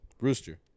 Rooster